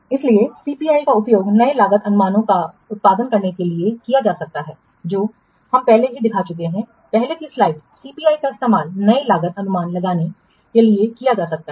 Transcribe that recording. इसलिए सीपीआई का उपयोग नए लागत अनुमानों का उत्पादन करने के लिए किया जा सकता है जो हम पहले ही दिखा चुके हैं पहले की स्लाइड सीपीआई का इस्तेमाल नए लागत अनुमान लगाने के लिए किया जा सकता है